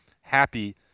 happy